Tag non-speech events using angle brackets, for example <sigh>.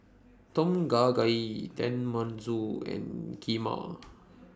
Tom Kha Gai Tenmusu and Kheema <noise>